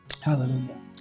Hallelujah